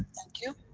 thank you.